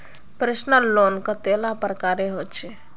Personal loan कतेला प्रकारेर होचे?